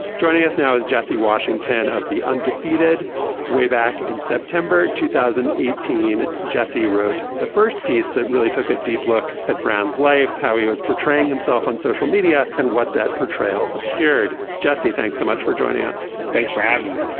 joining us now is jesse washington of the undefeated way back in september two thousand and eighteen. jesse wrote the first piece that really took a deep look at brown's life how he was portraying himself on social media and what that portrayal obscured. jesse thanks so much for joining us. thanks for having me.